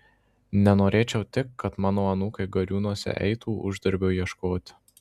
nenorėčiau tik kad mano anūkai gariūnuose eitų uždarbio ieškoti